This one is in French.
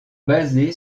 basé